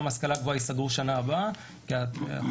תקציבי ההשכלה הגבוהה ייסגרו שנה הבאה כי החומש